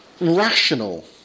rational